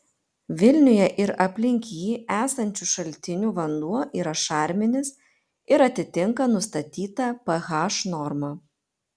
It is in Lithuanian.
vilniuje ir aplink jį esančių šaltinių vanduo yra šarminis ir atitinka nustatytą ph normą